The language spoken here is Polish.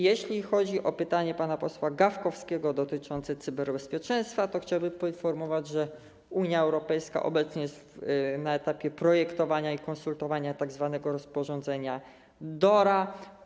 Jeśli chodzi o pytanie pana posła Gawkowskiego dotyczące cyberbezpieczeństwa, to chciałbym poinformować, że Unia Europejska obecnie jest na etapie projektowania i konsultowania tzw. rozporządzenia DORA.